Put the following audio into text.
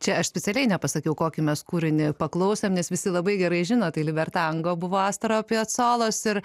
čia aš specialiai nepasakiau kokį mes kūrinį paklausėm nes visi labai gerai žino tai libertango buvo astoro pjacolos ir